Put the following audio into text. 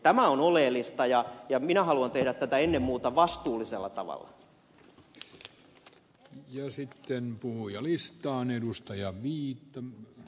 tämä on oleellista ja minä haluan tehdä tätä ennen muuta vastuullisella tavalla